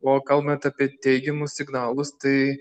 o kalbant apie teigiamus signalus tai